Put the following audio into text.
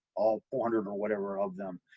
all four hundred or whatever of them,